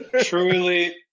Truly